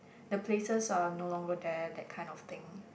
the places are no longer there that kind of thing